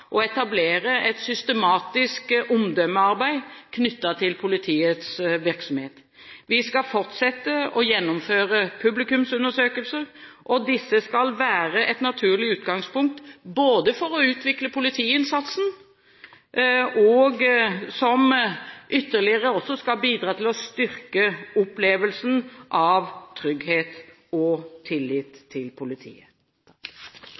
å etablere et systematisk omdømmearbeid knyttet til politiets virksomhet. Vi skal fortsette å gjennomføre publikumsundersøkelser. Disse skal være et naturlig utgangspunkt for å utvikle politiinnsatsen, og de skal også bidra til ytterligere å styrke opplevelsen av trygghet og